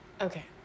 okay